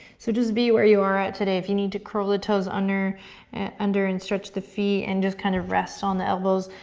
so just be where you are at today, if you need to curl the toes under and under and stretch the feet and just kind of rest on the elbows,